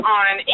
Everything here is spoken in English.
on